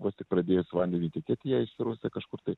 vos tik pradėjus vandeniui tekėt jie išsirausia kažkur tai